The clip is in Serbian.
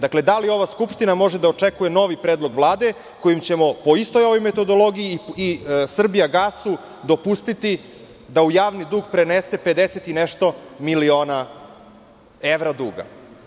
Dakle, da li ova Skupština može da očekuje novi predlog Vlade kojim ćemo po istoj ovoj metodologiji i "Srbijagasu" dopustiti da u javni dug prenese 50 i nešto miliona evra duga?